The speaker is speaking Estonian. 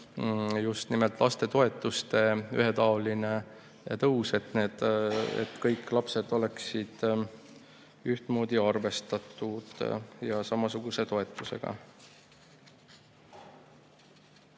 just nimelt lastetoetuste ühetaoline tõus, nii et kõik lapsed oleksid ühtmoodi arvestatud ja samasuguse toetusega.